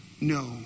no